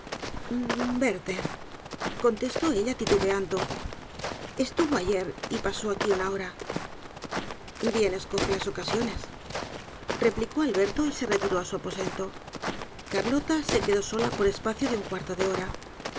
werther contestó ella titubeando estuvo ayer y pasó aqui una hora bien escoje las ocasiones replicó alberto y se retiró á su aposento carlota se quedó sola por espacio de un cuarto de hora